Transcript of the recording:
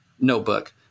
notebook